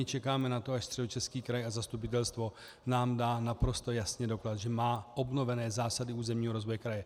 Tady čekáme na to, až Středočeský kraj, zastupitelstvo nám dá naprosto jasně doklad, že má obnovené zásady územního rozvoje kraje.